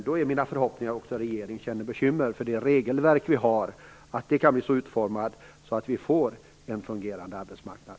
Då är mina förhoppningar också att regeringen känner bekymmer för det regelverk vi har och ser till att det utformas så att vi får en fungerande arbetsmarknad.